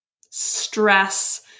stress